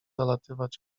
zalatywać